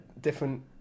different